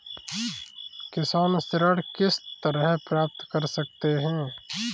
किसान ऋण किस तरह प्राप्त कर सकते हैं?